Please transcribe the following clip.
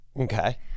Okay